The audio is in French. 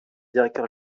directeur